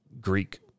Greek